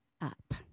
up